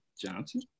Johnson